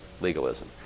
legalism